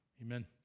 Amen